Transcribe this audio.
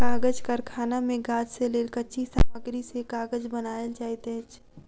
कागज़ कारखाना मे गाछ से लेल कच्ची सामग्री से कागज़ बनायल जाइत अछि